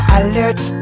alert